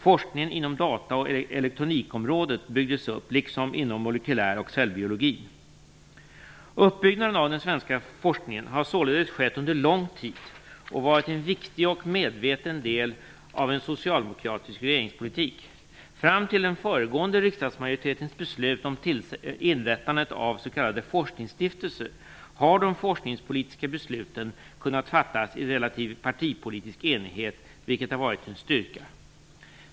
Forskningen inom data och elektronikområdet byggdes upp liksom inom molekylär och cellbiologin. Uppbyggnaden av den svenska forskningen har skett under lång tid och varit en viktig och medveten del av socialdemokratisk regeringspolitik. Fram till den föregående riksdagsmajoritetens beslut om inrättandet av s.k. forskningsstiftelser har de forskningspolitiska besluten kunnat fattas i relativ partipolitisk enighet, vilket har varit en styrka.